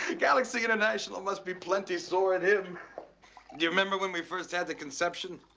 galaxy international must be plenty sore at him. do you remember when we first had the conception?